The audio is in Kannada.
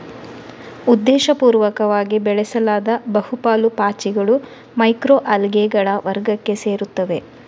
ಉದ್ದೇಶಪೂರ್ವಕವಾಗಿ ಬೆಳೆಸಲಾದ ಬಹು ಪಾಲು ಪಾಚಿಗಳು ಮೈಕ್ರೊ ಅಲ್ಗೇಗಳ ವರ್ಗಕ್ಕೆ ಸೇರುತ್ತವೆ